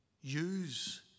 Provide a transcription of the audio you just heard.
Use